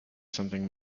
something